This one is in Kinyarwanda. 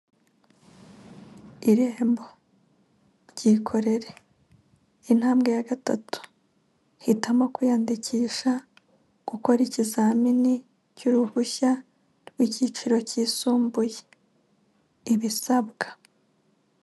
Irembo bykorere. Intambwe ya gatatu, hitamo kwiyandikisha gukora ikizamini cy'uruhushya rw'icyiciro cyisumbuye. Ibisabwa.